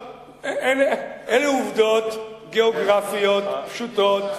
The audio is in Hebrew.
אלה עובדות גיאוגרפיות פשוטות,